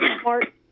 smart